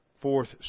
fourth